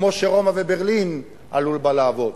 כמו שרומא וברלין עלו בלהבות.